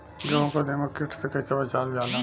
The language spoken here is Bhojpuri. गेहूँ को दिमक किट से कइसे बचावल जाला?